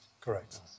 correct